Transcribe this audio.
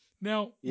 Now